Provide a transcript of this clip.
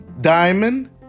Diamond